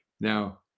now